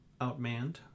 outmanned